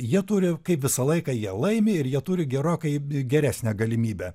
jie turi kaip visą laiką jie laimi ir jie turi gerokai geresnę galimybę